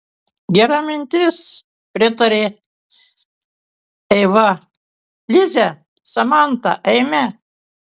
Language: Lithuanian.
gera mintis pritarė eiva lize samanta eime